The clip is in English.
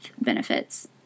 benefits